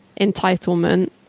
entitlement